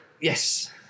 Yes